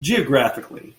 geographically